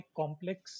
complex